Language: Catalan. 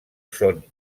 són